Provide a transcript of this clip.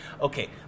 Okay